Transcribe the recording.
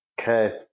Okay